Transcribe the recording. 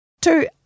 two